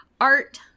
art